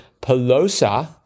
pelosa